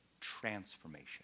transformation